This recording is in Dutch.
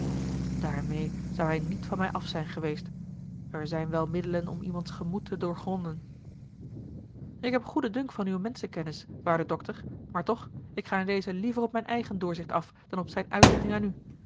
daarmeê zou hij niet van mij af zijn geweest er zijn wel middelen om iemands gemoed te doorgronden ik heb goeden dunk van uwe menschenkennis waarde dokter maar toch ik ga in dezen liever op mijn eigen doorzicht af dan op zijne uitlegging aan u